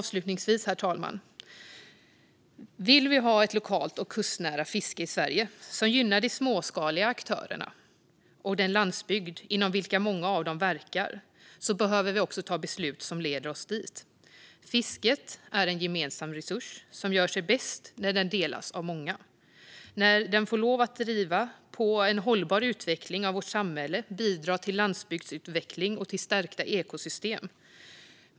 Avslutningsvis: Om vi vill ha ett lokalt och kustnära fiske i Sverige som gynnar de småskaliga aktörerna och den landsbygd inom vilken många av dem verkar behöver vi ta beslut som leder oss dit. Fisket är en gemensam resurs som gör sig bäst när den delas av många, får lov att driva på en hållbar utveckling av vårt samhälle och bidra till landsbygdsutveckling och stärkta ekosystem.